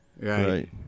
Right